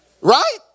right